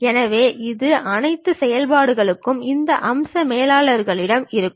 எனவே இந்த அனைத்து செயல்பாடுகளும் இந்த அம்ச மேலாளர்களிடம் இருக்கும்